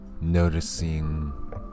Noticing